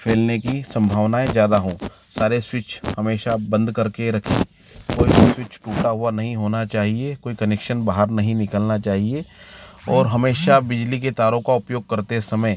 फैलने की संभावनाऍं ज़्यादा हों सारे स्विच हमेशा बंद करके रखें कोई भी स्विच टूटा हुआ नहीं होना चाहिए कोई कनेक्शन बाहर नहीं निकलना चाहिए और हमेशा बिजली के तारों का उपयोग करते समय